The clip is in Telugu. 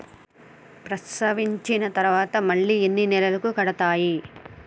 ప్రసవించిన తర్వాత మళ్ళీ ఎన్ని నెలలకు కడతాయి?